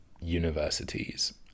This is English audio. universities